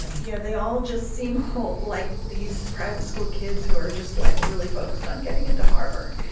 yeah, they all just seem hot, like these private school kids who are just, like, really focused on getting into harvard.